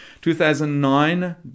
2009